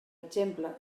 exemple